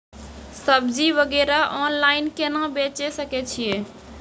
सब्जी वगैरह ऑनलाइन केना बेचे सकय छियै?